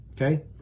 Okay